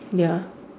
ya